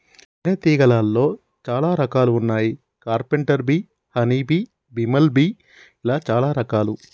తేనే తీగలాల్లో చాలా రకాలు వున్నాయి carpenter bee honey bee, bumble bee ఇలా చాలా రకాలు